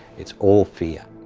it's all fear.